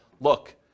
look